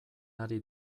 ari